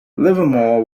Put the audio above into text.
livermore